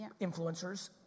influencers